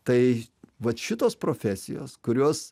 tai vat šitos profesijos kurios